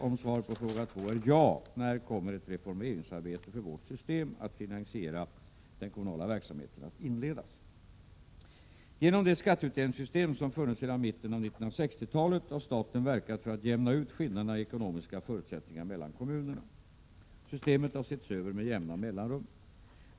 Om svaret på fråga 2 är ja — när kommer ett reformeringsarbete för vårt system att finansiera den kommunala verksamheten att inledas? Genom det skatteutjämningssystem som funnits sedan mitten av 1960-talet har staten verkat för att jämna ut skillnaderna i ekonomiska förutsättningar mellan kommunerna. Systemet har setts över med jämna mellanrum.